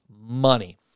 money